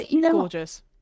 gorgeous